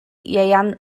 ieuan